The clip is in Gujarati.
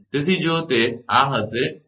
તેથી જો તે આ હશે 𝐷−x